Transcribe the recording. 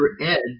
Ed